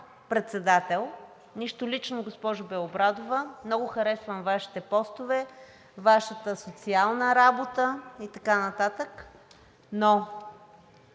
председател. Нищо лично, госпожо Белобрадова, много харесвам Вашите постове, Вашата социална работа и така нататък, но